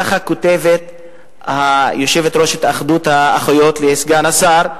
כך כותבת יושבת-ראש התאחדות האחיות לסגן השר,